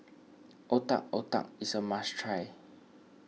Otak Otak is a must try